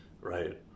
right